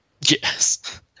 Yes